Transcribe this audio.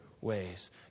ways